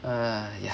err ya